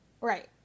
Right